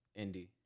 indie